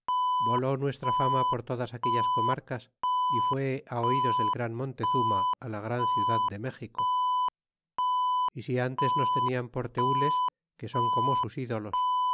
voló nuestra fama por todas aquellas comarcas y fue oídos del gran montezuma la gran ciudad de méxico y si antes nos tenian por tenles que son como sus